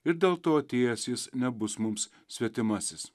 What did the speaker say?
ir dėl to atėjęs jis nebus mums svetimasis